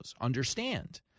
Understand